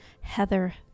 Heather